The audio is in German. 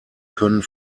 können